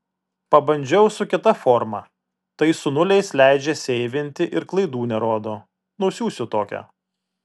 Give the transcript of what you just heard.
pabandžiau su kita forma tai su nuliais leidžia seivinti ir klaidų nerodo nusiųsiu tokią